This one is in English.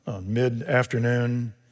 mid-afternoon